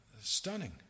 stunning